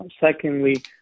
secondly